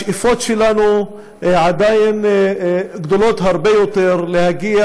השאיפות שלנו עדיין גדולות הרבה יותר: להגיע